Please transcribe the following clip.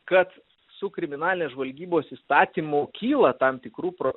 kad su kriminalinės žvalgybos įstatymu kyla tam tikrų pro